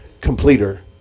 completer